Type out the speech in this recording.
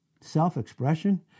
Self-expression